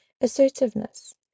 Assertiveness